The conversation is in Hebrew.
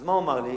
מה הוא אמר לי?